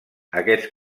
aquests